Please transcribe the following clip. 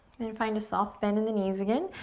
and and find a soft bend in the knees again,